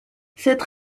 cette